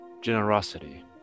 generosity